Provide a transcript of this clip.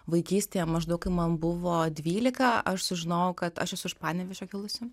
vaikystėje maždaug kai man buvo dvylika aš sužinojau kad aš esu iš panevėžio kilusi